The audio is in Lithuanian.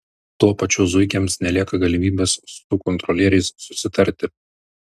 tuo pačiu zuikiams nelieka galimybės su kontrolieriais susitarti